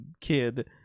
kid